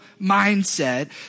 mindset